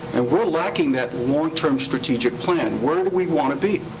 and we're lacking that long-term strategic plan. where do we wanna be?